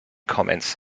comments